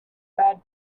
bad